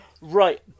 Right